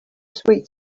sweet